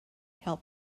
help